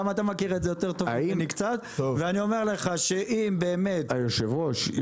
אתה מכיר את זה יותר טוב ממני ואני אומר לך שאם באמת --- היושב ראש,